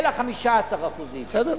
אלא 15%. בסדר.